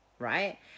right